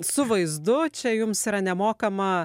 su vaizdu čia jums yra nemokama